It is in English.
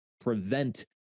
prevent